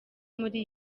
muri